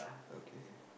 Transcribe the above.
okay